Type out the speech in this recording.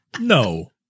no